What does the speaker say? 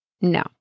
No